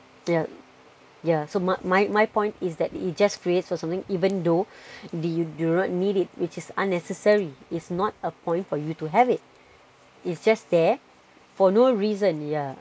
yeah yeah so my my my point is that it just creates for something even though they do not need it which is unnecessary it's not a point for you to have it it's just there for no reason yeah